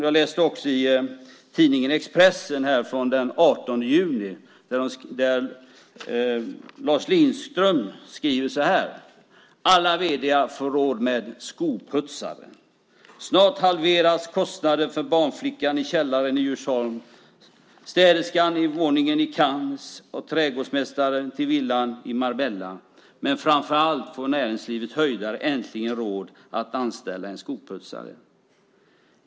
Jag läste också tidningen Expressen den 18 juni där Lars Lindström skrev följande under rubriken "Alla vd:ar får råd med skoputsare": "Snart halveras kostnaden för barnflickan i källaren i Djursholm, städerskan i våningen i Cannes och trädgårdsmästaren till villan i Marbella. Men framför allt får näringslivets höjdare äntligen råd att anställa en skoputsare.